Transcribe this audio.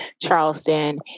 Charleston